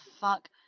fuck